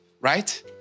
right